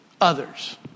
others